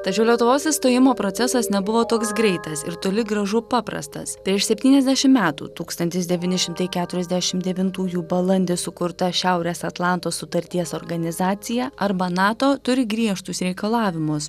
tačiau lietuvos įstojimo procesas nebuvo toks greitas ir toli gražu paprastas prieš septyniasdešim metų tūkstantis devyni šimtai keturiasdešim devintųjų balandį sukurta šiaurės atlanto sutarties organizacija arba nato turi griežtus reikalavimus